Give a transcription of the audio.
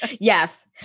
Yes